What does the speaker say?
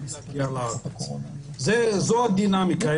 זו הדינמיקה.